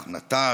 נטש,